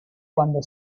cuando